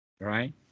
right